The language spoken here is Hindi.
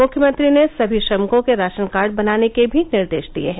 मुख्यमंत्री ने सभी श्रमिकों के राशन कार्ड बनाने के भी निर्देश दिए हैं